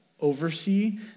oversee